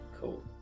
Cool